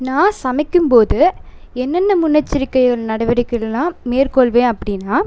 நான் சமைக்கும் போது என்னென்ன முன்னெச்சரிக்கைகள் நடவடிக்கைகள்லா மேற்கொள்வேன் அப்படின்னா